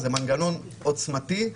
זה מנגנון עוצמתי,